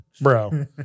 Bro